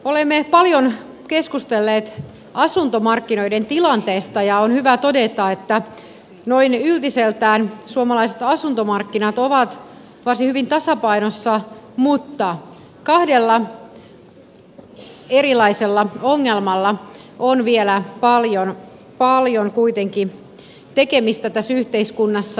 olemme paljon keskustelleet asuntomarkkinoiden tilanteesta ja on hyvä todeta että noin yltiseltään suomalaiset asuntomarkkinat ovat varsin hyvin tasapainossa mutta kahdessa erilaisessa ongelmassa on vielä paljon kuitenkin tekemistä tässä yhteiskunnassa